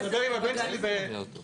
זה היה בהצעת ההחלטה.